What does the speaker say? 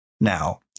now